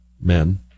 men